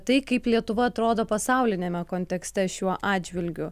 tai kaip lietuva atrodo pasauliniame kontekste šiuo atžvilgiu